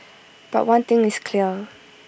but one thing is clear